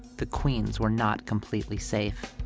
the queens were not completely safe.